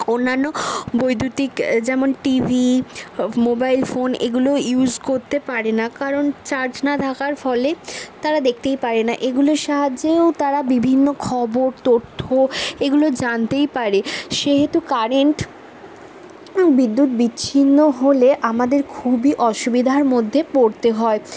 অন্যান্য বৈদ্যুতিক যেমন টিভি মোবাইল ফোন এগুলো ইউজ করতে পারে না কারণ চার্জ না থাকার ফলে তারা দেখতেই পারে না এগুলো সাহায্যেও তারা বিভিন্ন খবর তথ্য এগুলো জানতেই পারে সেহেতু কারেন্ট বিদ্যুৎ বিচ্ছিন্ন হলে আমাদের খুবই অসুবিধার মধ্যে পড়তে হয়